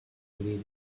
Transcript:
leading